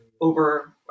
over